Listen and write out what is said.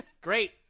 Great